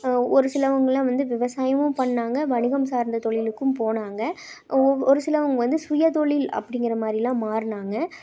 ஒரு சிலருங்கலாம் வந்து விவசாயமும் பண்ணாங்க வணிகம் சார்ந்த தொழிலுக்கும் போனாங்க ஒரு சிலருங்க வந்து சுயதொழில் அப்டிங்கிற மாதிரிலாம் மாறினாங்க